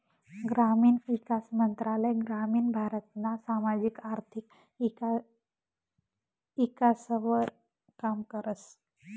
ग्रामीण ईकास मंत्रालय ग्रामीण भारतना सामाजिक आर्थिक ईकासवर काम करस